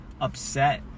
upset